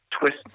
twist